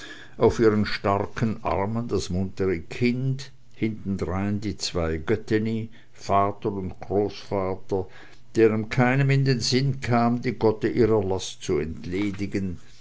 auf ihren starken armen das muntere kind hintendrein die zwei götteni vater und großvater deren keinem in sinn kam die gotte ihrer last zu entledigen